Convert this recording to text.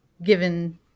given